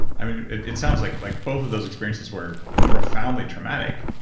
it sounds like like both of those experiences were profoundly traumatic,